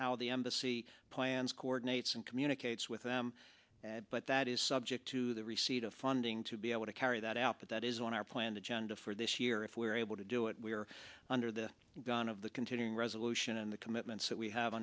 how the embassy plans coordinates and communicates with them but that is subject to the receipt of funding to be able to carry that out but that is on our planned agenda for this year if we're able to do it we're under the gun of the continuing resolution and the commitments that we have